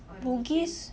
bugis